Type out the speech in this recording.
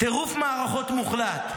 טירוף מערכות מוחלט.